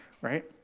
right